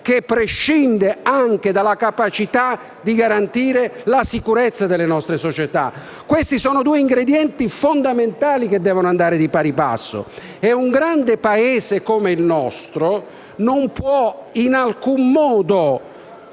che prescinda anche dalla capacità di garantire la sicurezza delle nostre società. Questi sono due ingredienti fondamentali, che devono andare di pari passo. Un grande Paese come il nostro non può in alcun modo